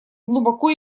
глубоко